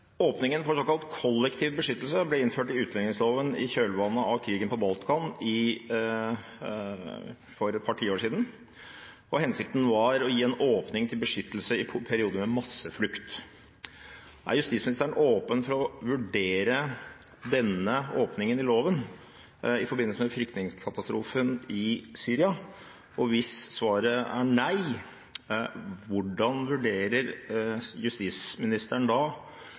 Åpningen for såkalt kollektiv beskyttelse ble innført i utlendingsloven i kjølvannet av krigen på Balkan for et par tiår siden, og hensikten var å gi en åpning til beskyttelse i perioder med masseflukt. Er justisministeren åpen for å vurdere denne åpningen i loven i forbindelse med flyktningekatastrofen i Syria? Hvis svaret er nei, hvordan vurderer justisministeren da